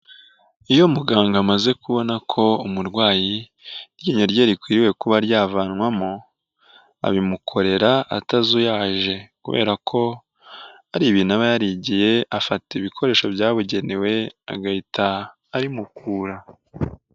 Iyo muganga amaze kubona ko umurwayi iryinyo rye rikwiriye kuba ryavanwamo, abimukorera atazuyaje kubera ko ari ibintu aba yarigiye, afata ibikoresho byabugenewe agahita arimukura.